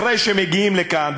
אחרי שמגיעים לכאן,